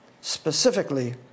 specifically